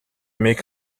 make